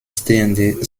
stehende